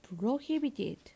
prohibited